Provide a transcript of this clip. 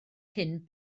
cyn